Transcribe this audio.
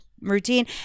routine